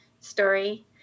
story